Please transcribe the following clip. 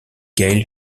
gail